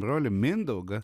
brolį mindaugą